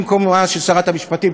במקומה של שרת המשפטים,